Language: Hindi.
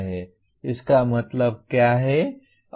इसका क्या मतलब है